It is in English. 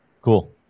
Cool